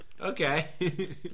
Okay